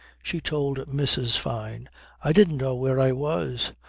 she told mrs. fyne i didn't know where i was.